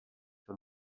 sur